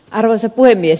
arvoisa puhemies